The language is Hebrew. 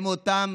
הם אותם